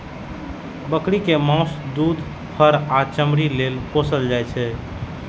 बकरी कें माउस, दूध, फर आ चमड़ी लेल पोसल जाइ छै